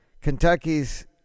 Kentucky's